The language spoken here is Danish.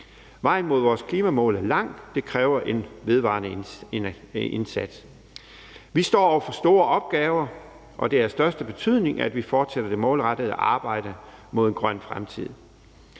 Vejen mod vores klimamål er lang. Det kræver en vedvarende indsats. Vi står over for store opgaver, og det er af største betydning, at vi fortsætter det målrettede arbejde mod en grøn fremtid.